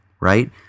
Right